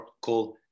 called